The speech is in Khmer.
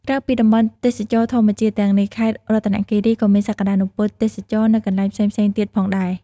ក្រៅពីតំបន់ទេសចរណ៍ធម្មជាតិទាំងនេះ ខេត្តរតនគិរី ក៏មានសក្តានុពលទេសចរណ៍នៅកន្លែងផ្សេងៗទៀតផងដែរ។